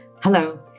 Hello